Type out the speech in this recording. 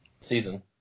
season